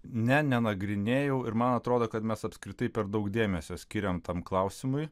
ne nenagrinėjau ir man atrodo kad mes apskritai per daug dėmesio skiriame tam klausimui